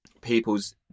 people's